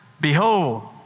behold